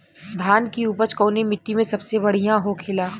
धान की उपज कवने मिट्टी में सबसे बढ़ियां होखेला?